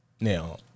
Now